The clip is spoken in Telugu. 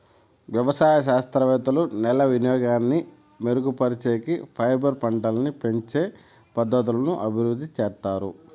వ్యవసాయ శాస్త్రవేత్తలు నేల వినియోగాన్ని మెరుగుపరిచేకి, ఫైబర్ పంటలని పెంచే పద్ధతులను అభివృద్ధి చేత్తారు